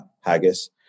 Haggis